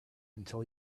until